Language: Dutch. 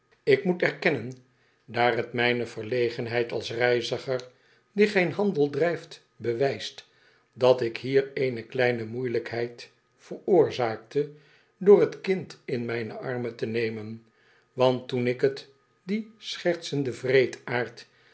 ik moet erkennen daar t mijne verlegenheid als reiziger die geen handel drijft bewijst dat ik hier eene kleine moeielijkheid veroorzaakte door t kind in mijne armen te nemen want toen ik t die